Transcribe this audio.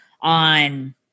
on